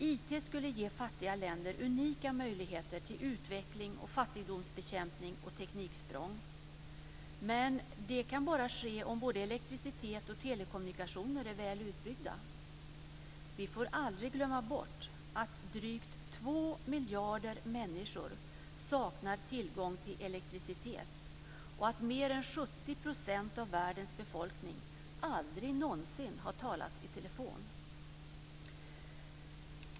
IT skulle ge fattiga länder unika möjligheter till utveckling, fattigdomsbekämpning och tekniksprång. Men det kan bara ske om både elektricitet och telekommunikationer är väl utbyggda. Vi får aldrig glömma bort att drygt två miljarder människor saknar tillgång till elektricitet och att mer än 70 % av världens befolkning aldrig någonsin har talat i telefon.